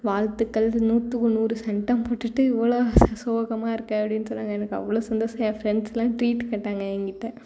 வாழ்த்துக்கள் நூற்றுக்கு நூறு செண்டம் போட்டுட்டு இவ்வளோவு சோகமாக இருக்கே அப்படின்னு சொன்னாங்க எனக்கு அவ்வளோவு சந்தோஷம் என் ஃப்ரெண்ட்ஸுலாம் ட்ரீட் கேட்டாங்க என்கிட்டே